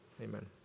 amen